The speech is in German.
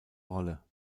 rolle